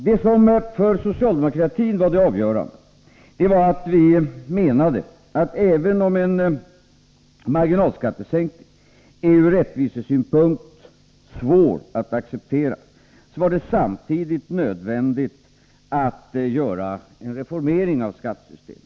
Det som för socialdemokratin var det avgörande var att vi menade att även om en marginalskattesänkning är ur rättvisesynpunkt svår att acceptera, så var det samtidigt nödvändigt att göra en reformering av skattesystemet.